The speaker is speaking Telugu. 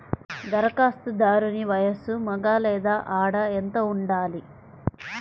ధరఖాస్తుదారుని వయస్సు మగ లేదా ఆడ ఎంత ఉండాలి?